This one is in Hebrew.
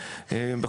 בתכנון?